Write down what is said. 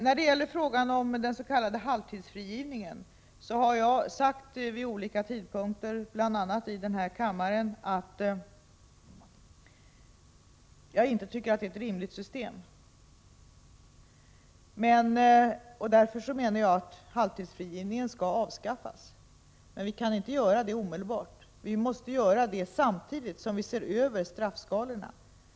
När det gäller den s.k. halvtidsfrigivningen har jag vid olika tidpunkter, bl.a. här i kammaren, sagt att jag inte anser att frigivning efter halva strafftiden är ett rimligt system. Jag menar att halvtidsfrigivningen skall avskaffas, men vi kan inte vidta den åtgärden omedelbart. Vi måste göra det samtidigt som vi ser över straffskalorna.